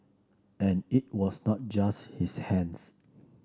and it was not just his hands